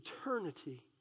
Eternity